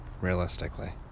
Realistically